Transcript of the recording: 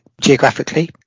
geographically